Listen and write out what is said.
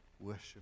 worship